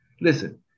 Listen